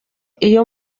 iyo